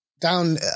down